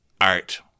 art